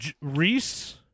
Reese